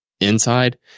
inside